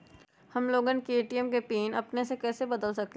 हम लोगन ए.टी.एम के पिन अपने से बदल सकेला?